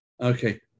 Okay